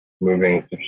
moving